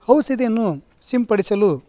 ಔಷಧಿಯನ್ನು ಸಿಂಪಡಿಸಲು